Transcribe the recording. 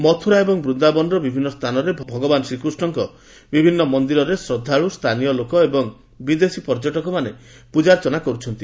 ମଥୁରା ଏବଂ ବୃନ୍ଦାବନର ବିଭିନ୍ନ ସ୍ଥାନରେ ଭଗବାନ୍ ଶ୍ରୀକୃଷ୍ଣଙ୍କ ବିଭିନ୍ନ ମନ୍ଦିରରେ ଶ୍ରଦ୍ଧାଳୁ ସ୍ଥାନୀୟ ଲୋକ ଏବଂ ବିଦେଶୀ ପର୍ଯ୍ୟଟକମାନେ ପୂଜାର୍ଚ୍ଚନା କରୁଛନ୍ତି